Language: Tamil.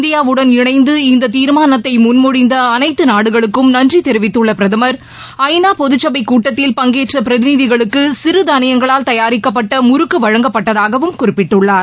இந்தியாவுடன் இணைந்து இந்த தீர்மானத்தை முன்மொழிந்த அளைத்து நாடுகளுக்கும் நன்றி தெரிவித்துள்ள பிரதமர் ஜநா பொதுச்சபை கூட்டத்தில் பங்கேற்ற பிரதிநிதிகளுக்கு சிறு தாளியங்களால் தயாரிக்கப்பட்ட முறுக்கு வழங்கப்பட்டதாகவும் குறிப்பிட்டுள்ளார்